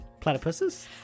Platypuses